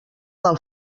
del